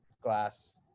glass